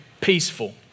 Peaceful